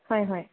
হয় হয়